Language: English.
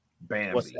Bambi